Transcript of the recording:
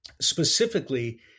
Specifically